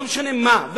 לא משנה מהי,